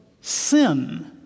sin